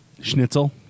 Schnitzel